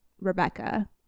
Rebecca